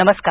नमस्कार